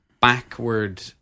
Backward